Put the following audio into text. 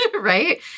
right